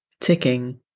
ticking